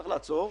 צריך לעצור,